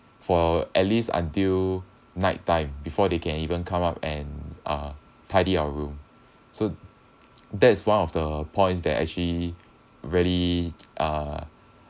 for at least until night time before they can even come up and uh tidy our room so that's one of the points that actually really uh